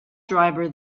driver